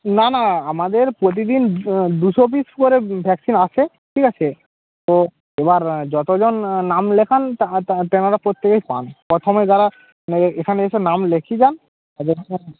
না না আমাদের প্রতিদিন দুশো পিস করে ভ্যাকসিন আসে ঠিক আছে তো এবার যত জন নাম লেখান তেনারা প্রত্যেকেই পান প্রথমে যারা মানে এখানে এসে নাম লিখিয়ে যান